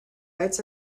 lights